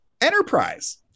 Enterprise